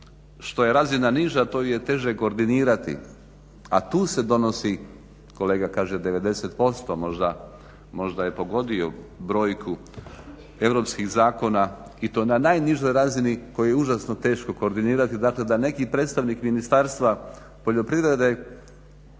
što je razina niža to ju je teže koordinirati. A tu se donosi, kolega kaže 90%, možda je pogodio brojku europskih zakona i to na najnižoj razini koju je užasno teško koordinirati. Dakle, da neki predstavnik Ministarstva poljoprivrede